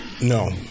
No